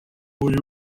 muri